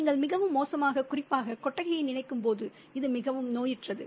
நீங்கள் மிகவும் மோசமாக குறிப்பாக கொட்டகையை நினைக்கும் போது இது மிகவும் நோயுற்றது